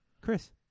Chris